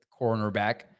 cornerback